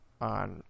on